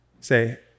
Say